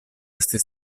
esti